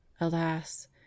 alas